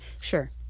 sure